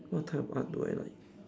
what type of art do I like